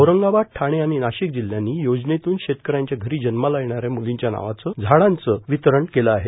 औरंगाबाद ठाणे आणि नाशिक जिल्ह्यांनी योजनेतून शेतकऱ्याच्या घरी जन्माला येणाऱ्या मुलीच्या नावे झाडांचं वितरण केले आहे